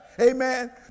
Amen